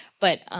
but,